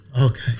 Okay